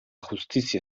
justizia